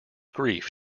grief